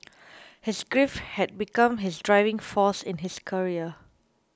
his grief had become his driving force in his career